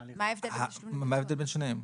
מה ההבדל בין שניהם?